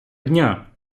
дня